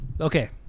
Okay